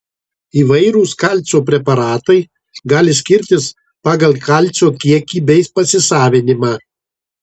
įvairūs kalcio preparatai gali skirtis pagal kalcio kiekį bei pasisavinimą